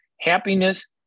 Happiness